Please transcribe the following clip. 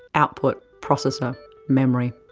output, processor, memory.